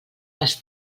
les